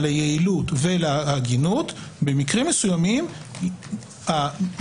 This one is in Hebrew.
על היעילות ועל ההגינות במקרים מסוימים המחוקק,